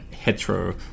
hetero